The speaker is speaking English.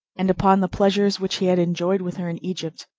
and upon the pleasures which he had enjoyed with her in egypt,